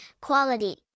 quality